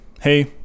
Hey